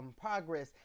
progress